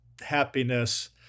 happiness